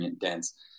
dense